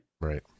Right